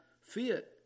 fit